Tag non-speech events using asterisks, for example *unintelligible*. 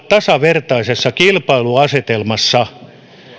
*unintelligible* tasavertaisessa kilpailuasetelmassa